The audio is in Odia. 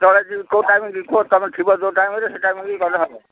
ତୁମେ ଯୋଉ ଟାଇମରେ ତୁମେ ଥିବ ଯୋଉ ଟାଇମ୍ରେ ସେ ଟାଇମରେ ଗଲେ ହେବ